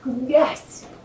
Yes